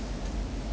!hannor!